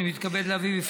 אני מתכבד להציג בפני,